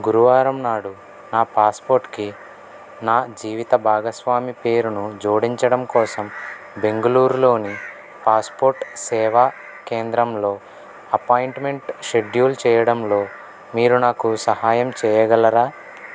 గురువారం నాడు నా పాస్పోర్ట్కి నా జీవిత భాగస్వామి పేరును జోడించడం కోసం బెంగుళూరు లోని పాస్పోర్ట్ సేవా కేంద్రంలో అపాయింట్మెంట్ షెడ్యూల్ చెయ్యడంలో మీరు నాకు సహాయం చెయ్యగలరా